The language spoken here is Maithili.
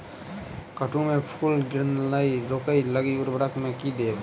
कद्दू मे फूल गिरनाय रोकय लागि उर्वरक मे की देबै?